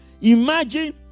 Imagine